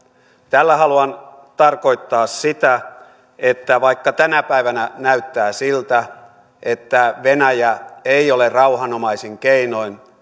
tällä haluan tarkoittaa sitä että vaikka tänä päivänä näyttää siltä että venäjä ei ole rauhanomaisin keinoin